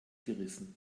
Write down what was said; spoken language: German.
gerissen